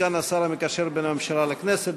סגן השר המקשר בין הממשלה לכנסת,